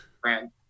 friend